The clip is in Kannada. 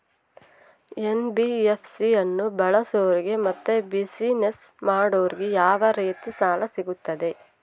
ಎನ್.ಬಿ.ಎಫ್.ಸಿ ಅನ್ನು ಬಳಸೋರಿಗೆ ಮತ್ತೆ ಬಿಸಿನೆಸ್ ಮಾಡೋರಿಗೆ ಯಾವ ರೇತಿ ಸಾಲ ಸಿಗುತ್ತೆ?